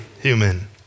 human